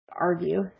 argue